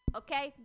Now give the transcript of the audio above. okay